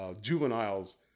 juveniles